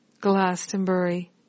Glastonbury